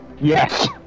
Yes